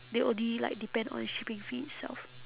they only like depend on shipping fee itself